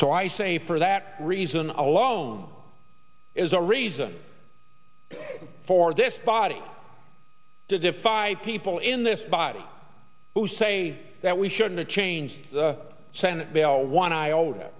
so i say for that reason alone is a reason for this body to defy people in this body who say that we should not change the senate bill one iota